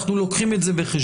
אנחנו לוקחים את זה בחשבון.